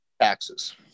taxes